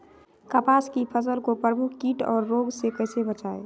कपास की फसल को प्रमुख कीट और रोग से कैसे बचाएं?